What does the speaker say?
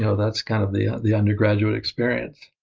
so that's kind of the the undergraduate experience.